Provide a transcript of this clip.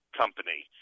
company